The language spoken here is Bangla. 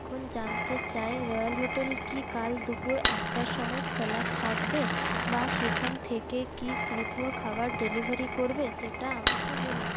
এখন জানতে চাই রয়্যাল হোটেল কি কাল দুপুর একটার সময় খোলা থাকবে বা সেইখান থেকে কি শ্রীপুর খাবার ডেলিভারি করবে সেটা আমাকে বলুন